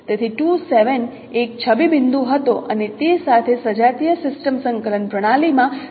તેથી 2 7 એક છબી બિંદુ હતો અને તે સાથે સજાતીય સિસ્ટમ સંકલન પ્રણાલીમાં તે દિશાઓ 2 7 1 છે